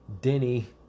Denny